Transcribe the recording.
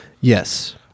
yes